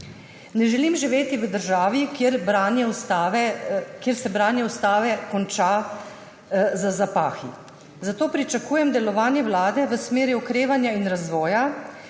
Ne želim živeti v državi, kjer se branje ustave konča za zapahi. Zato pričakujem delovanje vlade v smeri okrevanja in razvoja,